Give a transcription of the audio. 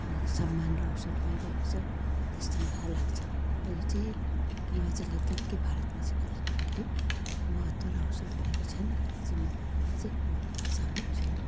सम्मान र अवसर पाइरहेको छ जस्तो मलाई लाग्छ यो चाहिँ मलाई चाहिँ लाग्दैन कि भारतमा चाहिँ कलाकारहरूले महत्त्व र अवसर पाएको छैन भन्ने चाहिँ म यसमा चाहिँ म सहमत छुइनँ